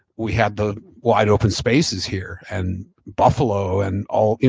we had the wide open spaces here and buffalo and all,